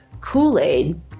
Kool-Aid